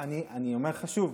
אני אומר לך שוב,